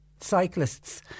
cyclists